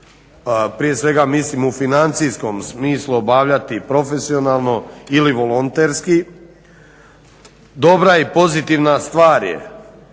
prije svega mislim na financijskom smislu obavljati profesionalno ili volonterski, dobra je i pozitivna stvar bez